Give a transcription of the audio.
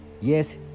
yes